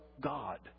God